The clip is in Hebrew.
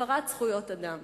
הפרת זכויות האדם.